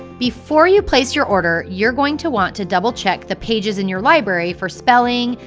before you place your order, you're going to want to double check the pages in your library for spelling,